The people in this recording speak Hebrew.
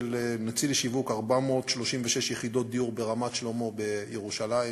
נוציא לשיווק 436 יחידות דיור ברמת-שלמה בירושלים,